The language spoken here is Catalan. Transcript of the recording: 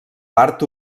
part